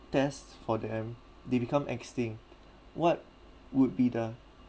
test for them they become extinct what would be the